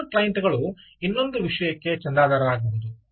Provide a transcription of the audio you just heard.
on client ಗಳು ಇನ್ನೊಂದು ವಿಷಯಕ್ಕೆ ಚಂದಾದಾರರಾಗಬಹುದು